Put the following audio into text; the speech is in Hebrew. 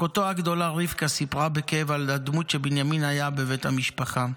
אחותו הגדולה רבקה סיפרה בכאב על הדמות שבנימין היה בבית המשפחה: